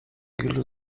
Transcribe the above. grill